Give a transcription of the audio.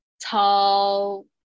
tall